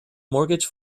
mortgage